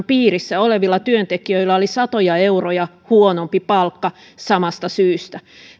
piirissä olevilla työntekijöillä oli satoja euroja huonompi palkka samasta syystä